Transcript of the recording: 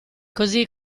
così